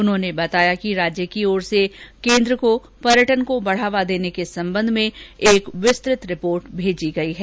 उन्होंने बताया कि राज्य की ओर से केन्द्र को पर्यटन को बढावा देने के संबंध में एक विस्तृत रिपोर्ट भेजी गई है